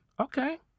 Okay